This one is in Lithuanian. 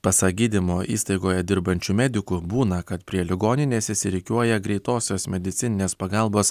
pasak gydymo įstaigoje dirbančių medikų būna kad prie ligoninės išsirikiuoja greitosios medicininės pagalbos